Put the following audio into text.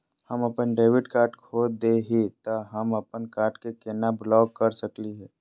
हम अपन debit card खो दे ही, त हम अप्पन कार्ड के केना ब्लॉक कर सकली हे?